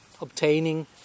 obtaining